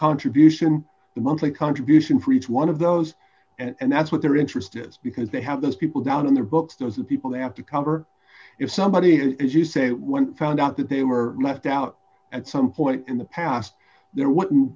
contribution the monthly contribution for each one of those and that's what their interest is because they have those people down on their books those are people they have to cover if somebody is as you say when found out that they were left out at some point in the past there w